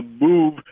move